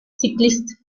cycliste